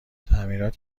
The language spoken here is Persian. تعمیرات